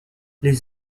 les